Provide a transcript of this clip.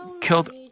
killed